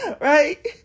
Right